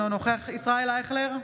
אינו נוכח ישראל אייכלר,